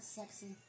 sexy